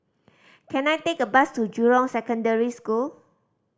can I take a bus to Jurong Secondary School